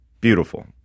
beautiful